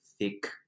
thick